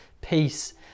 peace